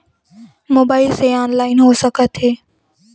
Mobile से online हो सकत हे?